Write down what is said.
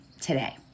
today